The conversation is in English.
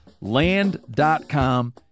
Land.com